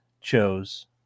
chose